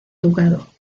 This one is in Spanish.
ducado